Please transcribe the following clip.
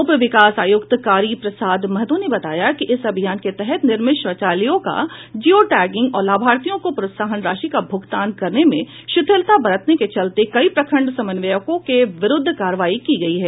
उप विकास आयुक्त कारी प्रसाद महतो ने बताया कि इस अभियान के तहत निर्मित शौचालयों का जियो टैगिंग और लाभार्थियों को प्रोत्साहन राशि का भुगतान करने में शिथिलता बरतने के चलते कई प्रखण्ड समन्वयकों के विरुद्ध कार्रवाई की गई है